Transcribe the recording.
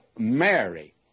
Mary